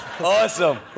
Awesome